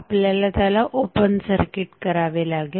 आपल्याला त्याला open circuit करावे लागेल